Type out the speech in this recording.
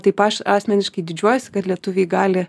taip aš asmeniškai didžiuojuosi kad lietuviai gali